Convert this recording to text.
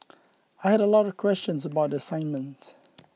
I had a lot of questions about the assignment